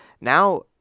now